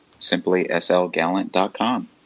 simplyslgallant.com